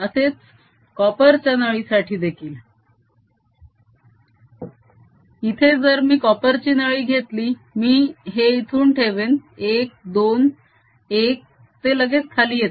असेच कॉपर च्या नळीसाठी देखील इथे जर मी कॉपर ची नळी घेतली मी हे इथून ठेवेन 1 2 1 ते लगेच खाली येते